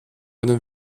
einen